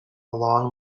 lawn